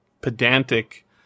pedantic